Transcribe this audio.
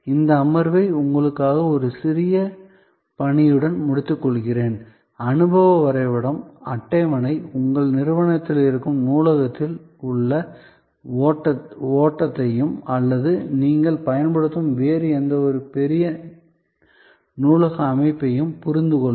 இந்த அமர்வை உங்களுக்காக ஒரு சிறிய பணியுடன் முடித்துக்கொள்கிறேன் அனுபவ வரைபடம் அட்டவணை உங்கள் நிறுவனத்தில் இருக்கும் நூலகத்தில் உள்ள ஓட்டத்தை அல்லது நீங்கள் பயன்படுத்தும் வேறு எந்த பெரிய நூலக அமைப்பையும் புரிந்து கொள்ளுங்கள்